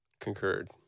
Concurred